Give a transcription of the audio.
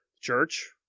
church